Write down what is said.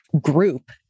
group